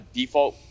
default